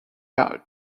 via